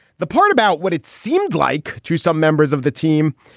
the part about what it seemed like to some members of the team.